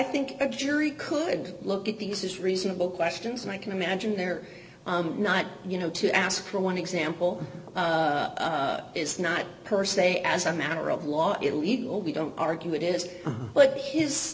think a jury could look at these as reasonable questions and i can imagine they're not you know to ask for one example is not per se as a matter of law illegal we don't argue it is